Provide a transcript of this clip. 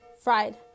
fried